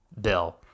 Bill